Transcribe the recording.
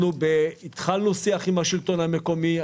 התחלנו שיח עם השלטון המקומי.